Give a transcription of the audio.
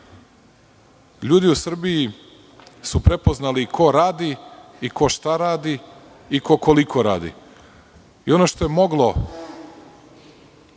ljudi u Srbiji su prepoznali ko radi i ko šta radi i ko koliko radi i ono što je moglo